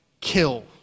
kill